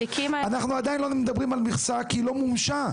אנחנו עדיין לא מדברים על מכסה, כי לא מומשה.